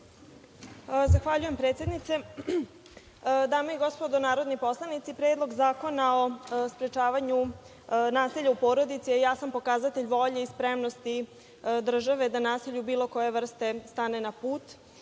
Zahvaljujem predsednice. Dame i gospodo narodni poslanici, Predlog zakona o sprečavanju nasilja u porodici je jasan pokazatelj volje i spremnosti države da nasilju bilo koje vrste stane na put.